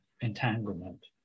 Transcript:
entanglement